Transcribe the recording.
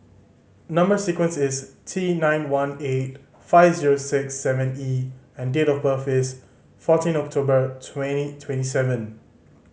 number sequence is T nine one eight five zero six seven E and date of birth is fourteen October twenty twenty seven